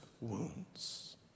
wounds